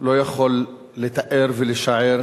לא יכול לתאר ולשער